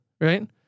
Right